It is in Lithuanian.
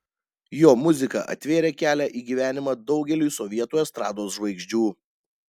jo muzika atvėrė kelią į gyvenimą daugeliui sovietų estrados žvaigždžių